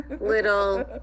little